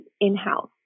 in-house